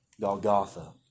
Golgotha